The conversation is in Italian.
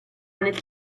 nel